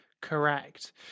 Correct